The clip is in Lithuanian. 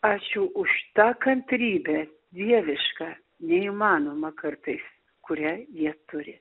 ačiū už tą kantrybę dievišką neįmanomą kartais kurią jie turi